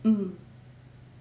mm